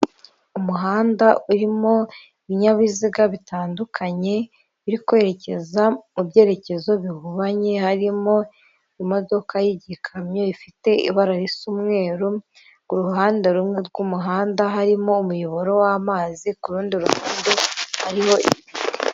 Umuhanda urimo ibinyabiziga bitandukanye biri kwerekeza mu byerekezo bihubanye harimo; imodoka y'igikamyo ifite ibara risa umweru, ku ruhande rumwe rw'umuhanda harimo umuyoboro w'amazi, ku rundi ruhande arimo.